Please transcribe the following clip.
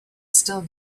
still